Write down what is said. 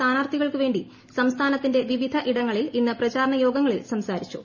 സ്ഥാനാർത്ഥികൾക്ക് വേണ്ടി സംസ്ഥാനത്തിന്റെ വിവിധയിടങ്ങളിൽ ഇന്ന് പ്രചാരണയോഗങ്ങളിൽ സംസാരിച്ചു